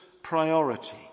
priority